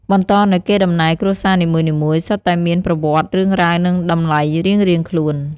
បន្តនូវកេរដំណែលគ្រួសារនីមួយៗសុទ្ធតែមានប្រវត្តិ រឿងរ៉ាវ និងតម្លៃរៀងៗខ្លួន។